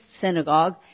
synagogue